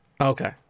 okay